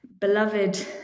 beloved